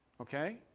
Okay